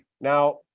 Now